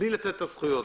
בלי לתת זכויות,